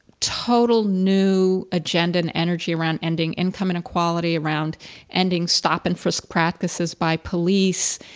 total new agenda and energy around ending income inequality around ending stop and frisk practices by police,